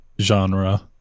genre